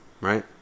Right